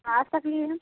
आ सकली हँ